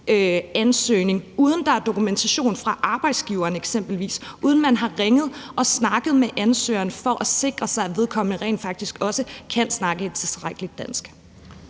ansøgningen, uden at der er dokumentation fra arbejdsgiveren eksempelvis, og uden at man har ringet og snakket med ansøgeren for at sikre sig, at vedkommende rent faktisk også kan snakke et tilstrækkeligt dansk.